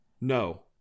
No